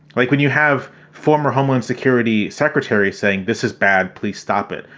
like when you have former homeland security secretary saying this is bad, please stop it.